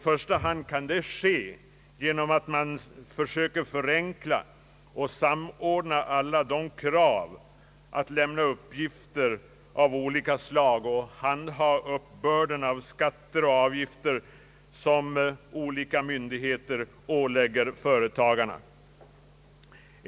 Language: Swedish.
Detta kan ske i första hand genom att försöka förenkla och samordna alla krav på uppgifter av olika slag och att handha uppbörden av skatter och avgifter, som olika myndigheter ställer på företagarna.